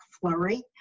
flurry